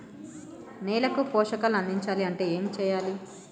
నేలకు పోషకాలు అందించాలి అంటే ఏం చెయ్యాలి?